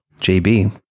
JB